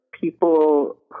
people